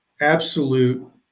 absolute